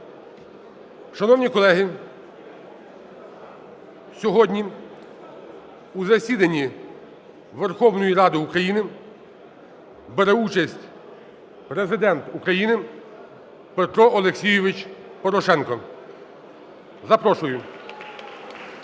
Шановні колеги, сьогодні у засіданні Верховної Ради України бере участь Президент України Петро Олексійович Порошенко. Запрошую.